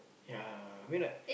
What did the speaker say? yeah I mean like